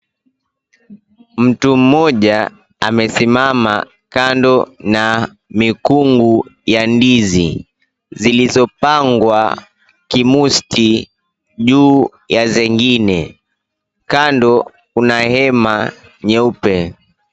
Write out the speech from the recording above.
Mtu moja amesimama kando na mikungu ya ndizi zilizopangwa kimusti juu ya zingine, kando kuna hema nyeupe.